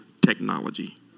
technology